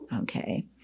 Okay